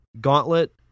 Gauntlet